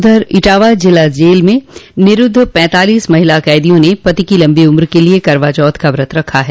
उधर इटावा जिला जेल में निरूद्व पैंतालीस महिला कैदियों ने पति की लम्बी उम्र के लिये करवा चौथ का व्रत रखा है